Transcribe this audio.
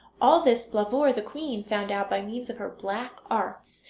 all this blauvor, the queen, found out by means of her black arts,